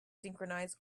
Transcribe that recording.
synchronize